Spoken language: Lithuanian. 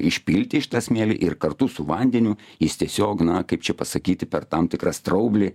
išpilti iš tą smėlį ir kartu su vandeniu jis tiesiog na kaip čia pasakyti per tam tikrą straublį